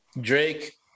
Drake